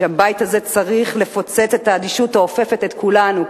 הבית הזה צריך לפוצץ את האדישות האופפת את כולנו,